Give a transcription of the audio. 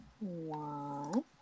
One